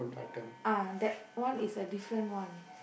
ah that one is a different one